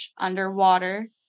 underwater